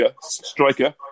striker